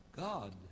God